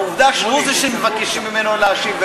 העובדה שהוא זה שמבקשים ממנו להשיב,